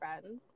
friends